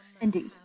Indeed